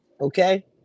Okay